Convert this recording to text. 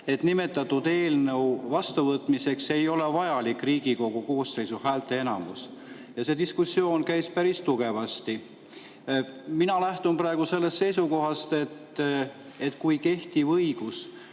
et nimetatud eelnõu vastuvõtmiseks ei ole vajalik Riigikogu koosseisu häälteenamus. Ja see diskussioon käis päris [ägedalt].Mina lähtun praegu sellest seisukohast, et kui kehtiv õigus